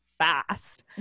fast